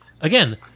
again